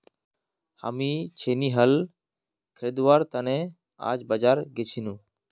हामी छेनी हल खरीदवार त न आइज बाजार गेल छिनु